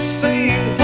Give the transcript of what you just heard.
sing